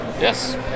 Yes